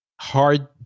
hard